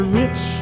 rich